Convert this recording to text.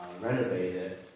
renovated